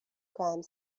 crime